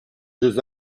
jeux